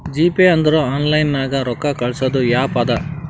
GPay ಅಂದುರ್ online ನಾಗ್ ರೊಕ್ಕಾ ಕಳ್ಸದ್ ಆ್ಯಪ್ ಅದಾ